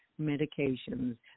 medications